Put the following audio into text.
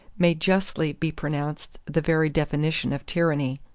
may justly be pronounced the very definition of tyranny.